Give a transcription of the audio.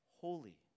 holy